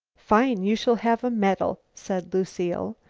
fine! you shall have a medal, said lucile.